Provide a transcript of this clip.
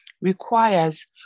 requires